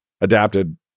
adapted